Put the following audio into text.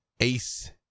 Ace